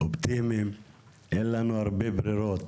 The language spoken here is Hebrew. אופטימיים ואין לנו הרבה ברירות,